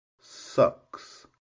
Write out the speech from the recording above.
sucks